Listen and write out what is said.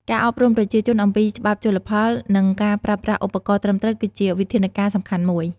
ការអប់រំប្រជាជនអំពីច្បាប់ជលផល និងការប្រើប្រាស់ឧបករណ៍ត្រឹមត្រូវគឺជាវិធានការសំខាន់មួយ។